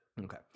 Okay